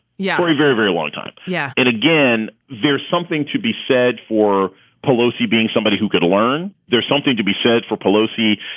yeah for a very, very long time. yeah and again, there's something to be said for pelosi being somebody who could learn. there's something to be said for pelosi,